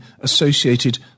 associated